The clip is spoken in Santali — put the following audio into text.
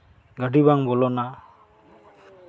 ᱜᱟᱹᱰᱤ ᱵᱟᱝ ᱵᱚᱞᱚᱱᱟ